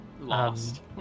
Lost